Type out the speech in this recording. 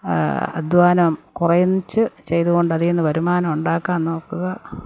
അധ്വാനം കുറച്ച് ചെയ്തുകൊണ്ട് അതില്നിന്ന് വരുമാനം ഉണ്ടാക്കാൻ നോക്കുക